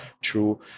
true